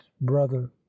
brother